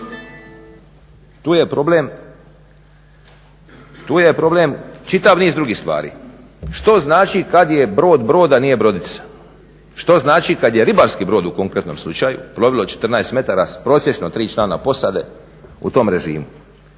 tu je problem čitav niz drugih stvari. Što znači kad je brod brod, a nije brodica? Što znači kad je ribarski brod u konkretnom slučaju plovilo 14 metara s prosječno 3 člana posade u tom režimu?